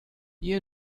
you